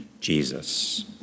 Jesus